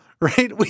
right